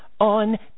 on